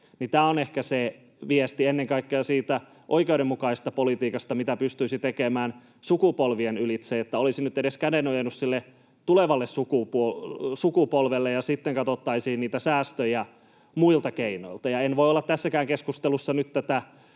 Tämä on ehkä viesti ennen kaikkea siitä oikeudenmukaisesta politiikasta, mitä pystyisi tekemään sukupolvien ylitse, että olisi nyt edes kädenojennus sille tulevalle sukupolvelle ja sitten katsottaisiin niitä säästöjä muilla keinoilla. Ja en voi tässäkään keskustelussa nyt tätä